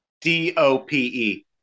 D-O-P-E